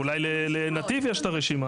אולי ל"נתיב" יש את הרשימה.